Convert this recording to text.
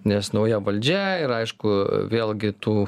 nes nauja valdžia ir aišku vėlgi tų